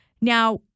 Now